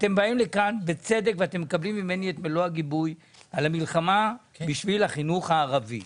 באים לכאן בצדק ומקבלים ממני את מלוא הגיבוי למלחמה בשביל החינוך הערבי